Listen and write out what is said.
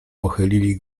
pochylili